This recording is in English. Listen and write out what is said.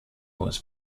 was